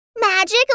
magic